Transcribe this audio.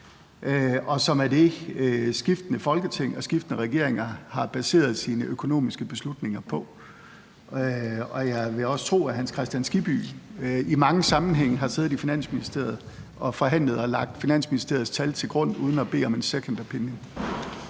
og som er det, skiftende Folketing og skiftende regeringer har baseret deres økonomiske beslutninger på. Jeg vil også tro, at hr. Hans Kristian Skibby i mange sammenhænge har siddet i Finansministeriet og forhandlet og lagt Finansministeriets tal til grund uden at bede om en second opinion.